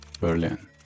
Berlin